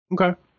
Okay